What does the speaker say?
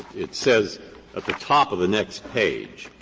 it says at the top of the next page,